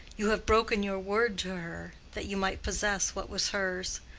you have broken your word to her, that you might possess what was hers.